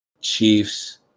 Chiefs